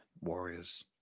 warriors